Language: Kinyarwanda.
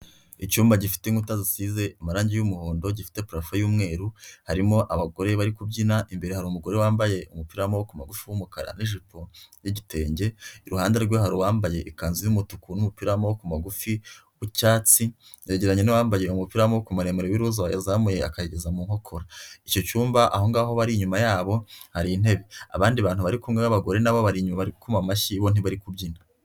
Icyumba gifita inkuta zisize amarange y'umuhondo, gifite parafo y'umweru, harimo abagore bari kubyina imbere hari umugore wambaye umupira w'amaboko magufi w'umukara, n'ijipo y'igitenge, iruhande rwe hari uwambaye ikanzu y'umutuku n'umupira wamaboko magufi w'icyatsi yegeranye nuwambaye umupira wamaboko maremare wayazamuye munkokora. Icyo cyumba aho ngaho bari inyuma yabo hari intebe, abandi bantu bari kumwe nabo babagore nabo bari inyuma bari gukoma amashyi bo ntibari kubyina.